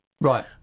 Right